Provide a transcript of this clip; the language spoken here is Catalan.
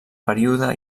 període